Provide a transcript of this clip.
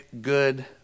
good